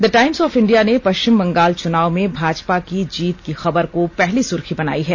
the Times of India ने पष्विम बंगाल चुनाव में भाजपा की जीत की खबर को पहली सुर्खी बनाई है